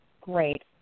Great